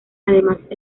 además